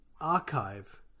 archive